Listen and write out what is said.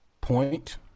point